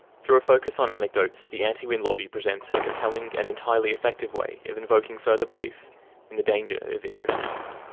through a focus on anecdotes, the anti-wind lobby present a compelling and entirely effective way of invoking further belief in the danger of infrasound.